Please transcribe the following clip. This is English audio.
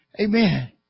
Amen